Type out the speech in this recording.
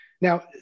now